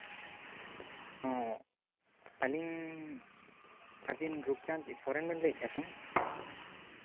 ᱚ ᱟᱹᱞᱤᱧ ᱟᱵᱮᱱ ᱨᱩᱯᱪᱟᱸᱫᱽ ᱥᱚᱨᱮᱱ ᱵᱮᱱ ᱞᱟᱹᱭᱮᱜᱼᱟ ᱥᱮ